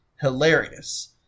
hilarious